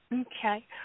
Okay